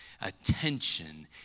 Attention